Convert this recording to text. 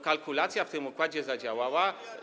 Kalkulacja w tym układzie zadziałała.